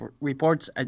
reports